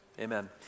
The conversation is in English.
amen